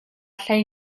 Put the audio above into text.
hlei